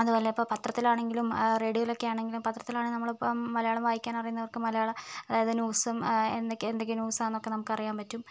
അതുപോലെ ഇപ്പം പത്രത്തിലാണെങ്കിലും റേഡിയോയിൽ ഒക്കെ ആണെങ്കിലും പത്രത്തിൽ ആണെങ്കിൽ ഇപ്പം നമ്മൾ മലയാളം വായിക്കാൻ അറിയുന്നവർക്ക് മലയാളം അതായത് ന്യൂസും എന്തൊക്കെ ന്യൂസ് ആണെന്നൊക്കെ നമുക്ക് അറിയാൻ പറ്റും